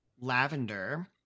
Lavender